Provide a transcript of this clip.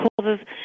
causes